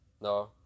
No